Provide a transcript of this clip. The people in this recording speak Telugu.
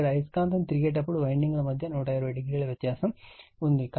ఇక్కడ అయస్కాంతం తిరిగేటప్పుడు వైండింగ్ ల మధ్య 120 డిగ్రీల వ్యత్యాసం ఉంది